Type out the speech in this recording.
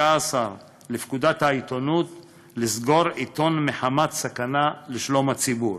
לפקודת העיתונות לסגור עיתון מחמת סכנה לשלום הציבור.